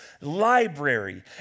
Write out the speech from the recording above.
library